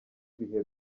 ibihe